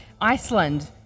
Iceland